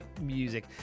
Music